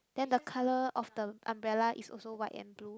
then the colour of the umbrella is also white and blue